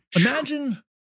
Imagine